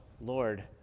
Lord